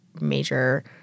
major